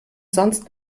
sonst